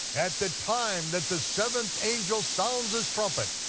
at the time that the seventh angel sounds his trumpet,